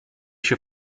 się